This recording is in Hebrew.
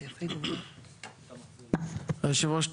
היושב ראש,